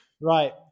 Right